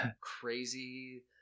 crazy